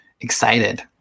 excited